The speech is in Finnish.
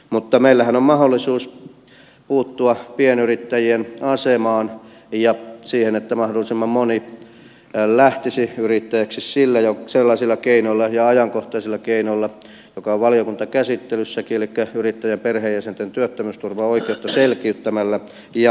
mutta meillähän on mahdollisuus puuttua pienyrittäjien asemaan ja siihen että mahdollisimman moni lähtisi yrittäjäksi sellaisella keinolla ja ajankohtaisella keinolla joka on valiokuntakäsittelyssäkin elikkä yrittäjän perheenjäsenten työttömyysturvaoikeutta selkiyttämällä ja parantamalla